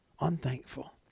unthankful